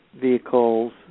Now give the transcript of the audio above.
vehicles